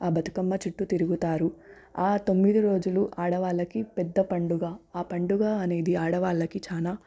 ఆ బతుకమ్మ చుట్టూ తిరుగుతారు ఆ తొమ్మిది రోజులూ ఆడవాళ్ళకి పెద్ద పండుగ ఆ పండుగ అనేది ఆడవాళ్ళకి చాలా